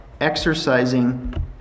exercising